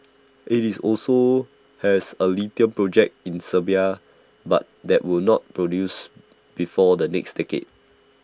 IT is also has A lithium project in Serbia but that will not produce before the next decade